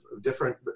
different